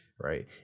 Right